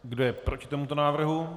Kdo je proti tomuto návrhu?